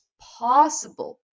possible